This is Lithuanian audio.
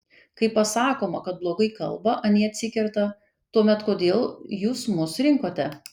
kai pasakoma kad blogai kalba anie atsikerta tuomet kodėl jūs mus rinkote